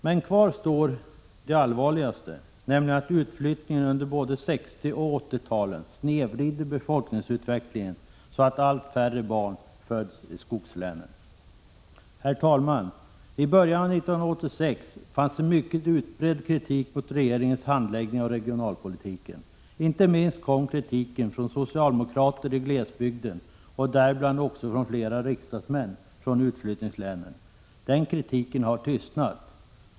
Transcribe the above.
Men kvar står det allvarligaste problemet, nämligen att utflyttningen under både 1960 och 1980-talen snedvrider befolkningsutvecklingen, så att allt färre barn föds i skogslänen. Herr talman! I början av 1986 fanns en mycket utbredd kritik mot regeringens handläggning av regionalpolitiken. Inte minst kom kritiken från socialdemokrater i glesbygden och däribland också från flera riksdagsmän från utflyttningslänen. Den kritiken har tystnat.